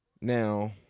Now